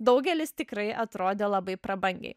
daugelis tikrai atrodė labai prabangiai